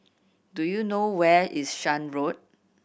do you know where is Shan Road